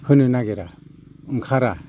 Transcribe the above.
होनो नागिरा ओंखारा